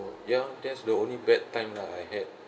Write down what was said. ya that's the only bad time lah I had